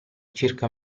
circa